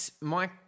Mike